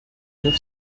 neuf